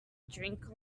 drink